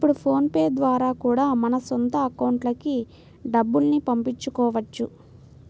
ఇప్పుడు PhonePe ద్వారా కూడా మన సొంత అకౌంట్లకి డబ్బుల్ని పంపించుకోవచ్చు